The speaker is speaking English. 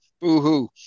Boo-hoo